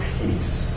peace